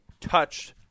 touched